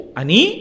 ani